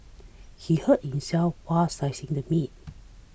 he hurt himself while slicing the meat